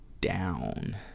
down